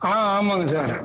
ஆ ஆமாங்க சார்